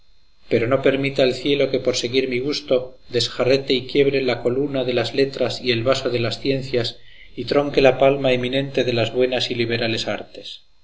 pero no permita el cielo que por seguir mi gusto desjarrete y quiebre la coluna de las letras y el vaso de las ciencias y tronque la palma eminente de las buenas y liberales artes